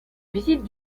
visite